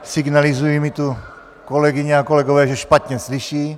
Signalizují mi tu kolegyně a kolegové, že špatně slyší.